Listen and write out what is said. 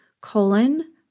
colon